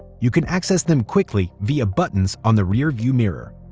you can access them quickly via buttons on the rearview mirror.